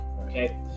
okay